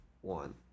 one